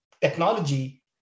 technology